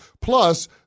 Plus